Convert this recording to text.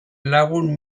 lagun